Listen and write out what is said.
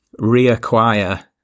reacquire